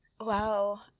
wow